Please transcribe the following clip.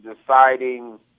deciding